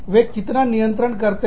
वे कितना नियंत्रण करते हैं